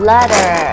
Letter